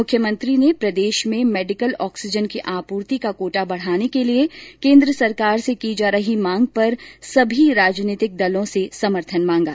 मुख्यमंत्री ने प्रदेश में मेडिकल ऑक्सीजन की आपूर्ति का कोटा बढाने के लिए केन्द्र सरकार से की जा रही मांग पर सभी राजनैतिक दलों से समर्थन मांगा